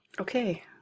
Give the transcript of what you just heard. Okay